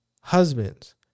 Husbands